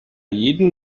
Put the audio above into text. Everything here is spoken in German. jedem